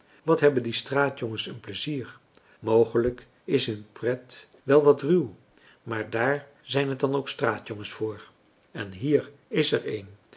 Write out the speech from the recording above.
wat hebben die straatjongens een pleizier mogelijk is hun pret wel wat ruw maar daar zijn het dan ook straatjongens voor en hier is er een